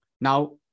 Now